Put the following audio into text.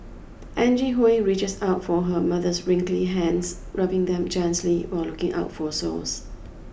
Angie Hui reaches out for her mother's wrinkly hands rubbing them gently while looking out for sores